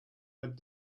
had